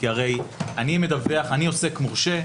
הרי אני עוסק מורשה,